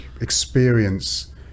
experience